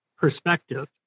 perspective